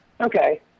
Okay